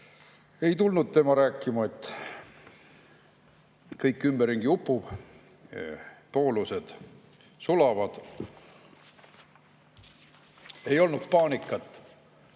ei tulnud rääkima, et kõik ümberringi upub, poolused sulavad. Ei olnud paanikat,